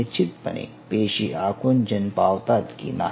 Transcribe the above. निश्चितपणे पेशी आकुंचन पावतात की नाही